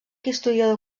historiador